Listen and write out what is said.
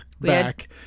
back